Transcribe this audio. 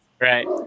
Right